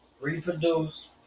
Reproduce